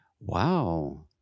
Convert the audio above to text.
Wow